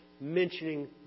mentioning